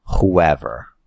whoever